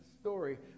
story